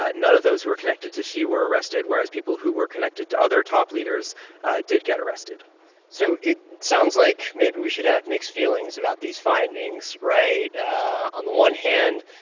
ah none of those who were connected to xi were arrested, whereas people who were connected to other top leaders did get arrested so it sounds like maybe we should have mixed feelings about these findings. right? ah on the one hand,